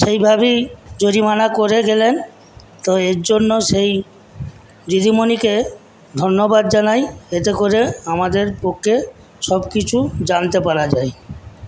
সেইভাবেই জরিমানা করে গেলেন তো এর জন্য সেই দিদিমণিকে ধন্যবাদ জানাই এতে করে আমাদের পক্ষে সব কিছু জানতে পারা যায়